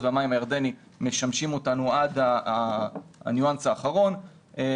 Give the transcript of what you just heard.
והמים הירדני משמשים אותנו עד הניואנס האחרון אבל